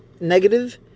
negative